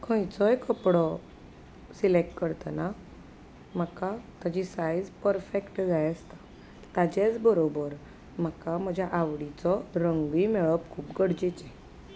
खंयचोय कपडो सिलॅक्ट करतना म्हाका ताजी सायझ परफॅक्ट जाय आसता ताचेच बरोबर म्हाका म्हज्या आवडीचो रंगूय मेळप खूब गरजेचें